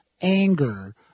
anger